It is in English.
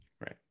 Right